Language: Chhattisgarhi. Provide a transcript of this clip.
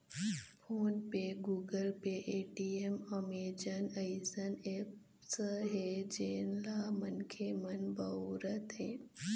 फोन पे, गुगल पे, पेटीएम, अमेजन अइसन ऐप्स हे जेन ल मनखे मन बउरत हें